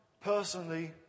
personally